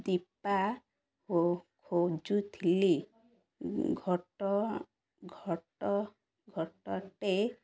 ଦୀପା ଖୋଜୁଥିଲି ଘଟ ଘଟ ଘଟଟେ